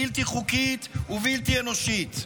בלתי חוקית ובלתי אנושית.